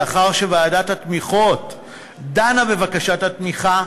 לאחר שוועדת התמיכות דנה בבקשת התמיכה,